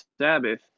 Sabbath